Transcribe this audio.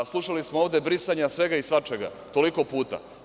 Slušali smo ovde brisanja svega i svačega toliko puta.